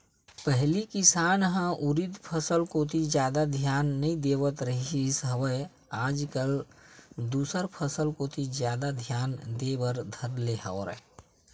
पहिली किसान ह उरिद फसल कोती जादा धियान नइ देवत रिहिस हवय आज कल दूसर फसल कोती जादा धियान देय बर धर ले हवय